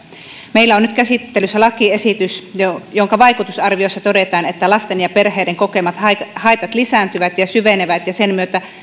meillä on nyt käsittelyssä lakiesitys jonka vaikutusarvioissa todetaan että lasten ja perheiden kokemat haitat lisääntyvät ja syvenevät ja sen myötä